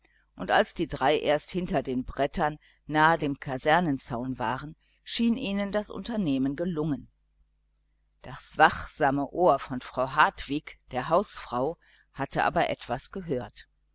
und als die drei erst hinter den brettern nahe dem kasernenzaun waren schien ihnen das unternehmen gelungen das wachsame ohr von frau hartwig der hausfrau hatte aber etwas gehört